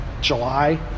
July